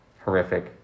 horrific